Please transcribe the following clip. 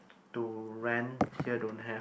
to rent here don't have